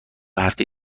هفته